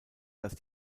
dass